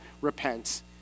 repent